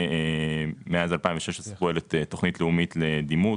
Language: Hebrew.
מאז 2016 פועלת תוכנית לאומית לדימות